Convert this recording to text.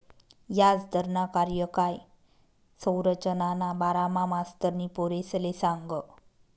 याजदरना कार्यकाय संरचनाना बारामा मास्तरनी पोरेसले सांगं